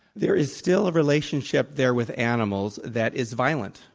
there is still a relationship there with animals that is violent,